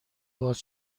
باز